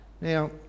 Now